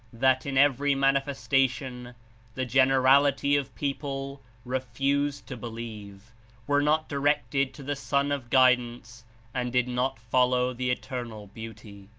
that in every manifestation the generality of people refused to believe were not directed to the sun of guidance and did not follow the eternal beauty.